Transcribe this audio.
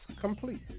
complete